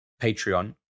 Patreon